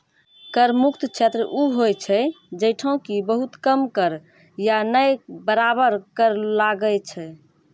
कर मुक्त क्षेत्र उ होय छै जैठां कि बहुत कम कर या नै बराबर कर लागै छै